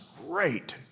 great